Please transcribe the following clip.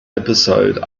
episode